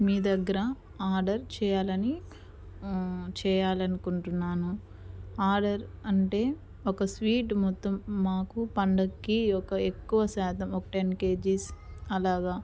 మీ దగ్గర ఆర్డర్ చేయాలని చేయాలనుకుంటున్నాను ఆర్డర్ అంటే ఒక స్వీట్ మొత్తం మాకు పండక్కి ఒక ఎక్కువ శాతం ఒక టెన్ కేజీస్ అలాగా